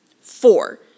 Four